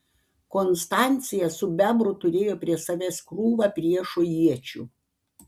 konstancija su bebru turėjo prie savęs krūvą priešo iečių